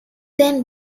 then